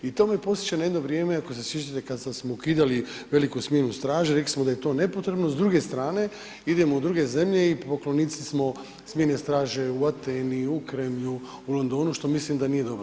I to me podsjeća na jedno vrijeme ako se osjećate kada smo ukidali veliku smjenu straže, rekli smo da je to nepotrebno, s druge strane idemo u druge zemlje i poklonici smo smjene straže u Ateni, u Kremlju, u Londonu što mislim da nije dobro.